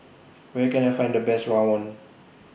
Where Can I Find The Best Rawon